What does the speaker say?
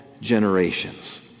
generations